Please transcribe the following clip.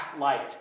light